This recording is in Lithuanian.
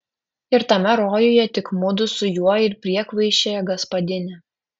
ir tame rojuje tik mudu su juo ir priekvaišė gaspadinė